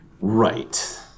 Right